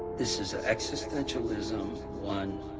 this is existentialism one